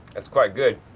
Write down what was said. that's quite good,